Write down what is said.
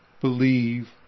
believe